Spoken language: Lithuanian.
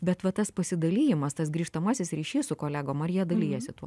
bet va tas pasidalijimas tas grįžtamasis ryšys su kolegom ar jie dalijasi tuo